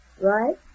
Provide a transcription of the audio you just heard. Right